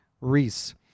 Reese